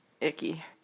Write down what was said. icky